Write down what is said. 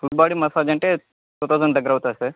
full body massage అంటే two thousand దగ్గర అవుతుంది సార్